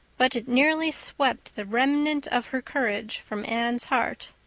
but it nearly swept the remnant of her courage from anne's heart.